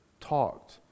talked